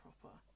proper